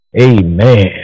Amen